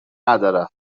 ندارد